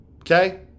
Okay